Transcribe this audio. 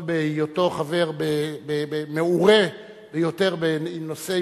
עוד בהיותו חבר מעורה ביותר בנושאי